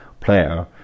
player